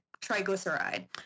triglyceride